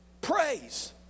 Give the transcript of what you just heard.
praise